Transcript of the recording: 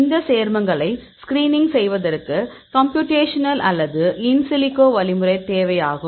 இந்த சேர்மங்களைத் ஸ்கிரீனிங் செய்வதற்கு கம்ப்யூடேஷனல் அல்லது இன் சிலிகெ்கோ வழிமுறை தேவை ஆகும்